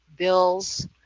bills